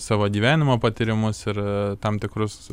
savo gyvenimo patyrimus ir tam tikrus